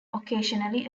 occasionally